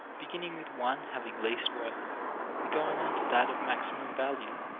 beginning with one having least worth and going on to that of maximum value.